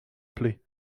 pli